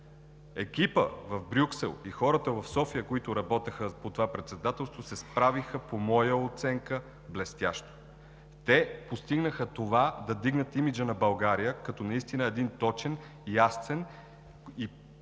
Екипът в Брюксел и хората в София, които работеха по това Председателство се справиха по моя оценка блестящо. Те постигнаха това да вдигнат имиджа на България като наистина един точен, ясен и изключително